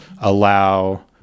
allow